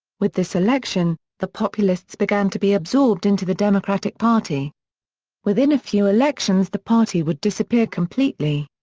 with this election, the populists began to be absorbed into the democratic party within a few elections the party would disappear completely.